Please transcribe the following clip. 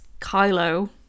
Kylo